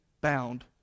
bound